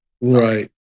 Right